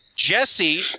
jesse